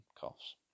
coughs